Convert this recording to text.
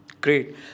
Great